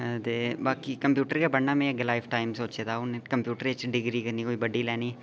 ते बाकी कंप्यटर गै पढ़ना में अग्गें लाइफ टाइम सोचे दा हून कंप्यूटर च डिग्री करनी कोई बड्डी लैनी